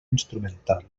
instrumental